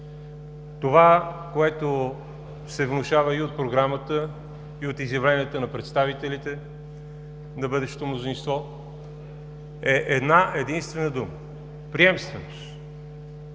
Това, което се внушава и от програмата, и от изявленията на представителите на бъдещото мнозинство, е една единствена дума – приемственост.